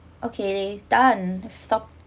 okay done stop